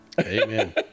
Amen